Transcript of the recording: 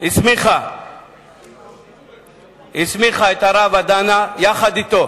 הסמיכה את הרב הדנה, ויחד אתו